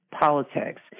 politics